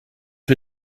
wir